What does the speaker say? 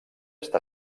està